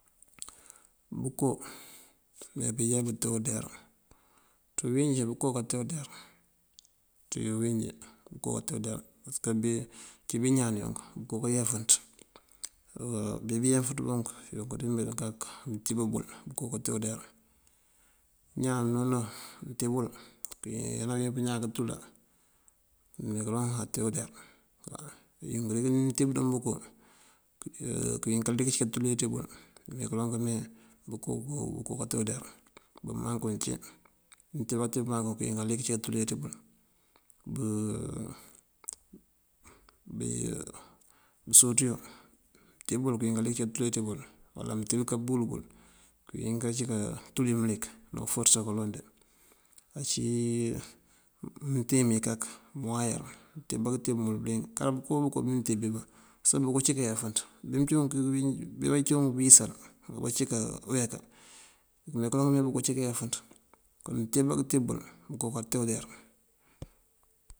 Bëko mee bajá bëte udeyar. Ţí uwínjí bëko kate udeyar, ţí uwínjí bëko kate udeer pasëk ací bí ñaan unk bëko kayeefënţ waw. Bí bëyeefënţ bunk yuŋ dí meedun kak mëntíb bul bëko kate udeyar. Ñaan nunun mëntíbul anawín pëñáak tule këmee kaloŋ ate udeyar. Yunk dí këtíb dun bëko këwín kalik cí katule ţí bul, këmee kaloŋ këmee bëko kate udeyar. Bëmankum cí mëntíb bá këtíb këwín kalik cí katule ţí bul. bësoţiyo mëntíb këwín kalik cí katule ţí bul wala mëntíb kabul bul këwín kací katuli mënlik ná uforësa kaloŋ de. ací mëntin mí kak mënwayar mëntíb bá këtíb bul bëliyëng. Kara bëko o bëko bí mëntíb bëbiba soŋ bëko cí kayeefënţ bí bací wuŋ bëyësal abací kaweeka këmee kaloŋ bëko cí kayeefënţ. Kon mëntíb bá këtíb bul bëko kate udeyar.